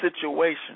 situation